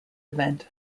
event